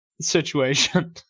situation